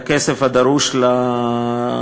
את הכסף הדרוש לשיפוץ.